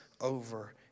over